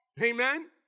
Amen